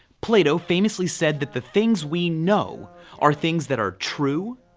plato famously said that the things we know are things that are true,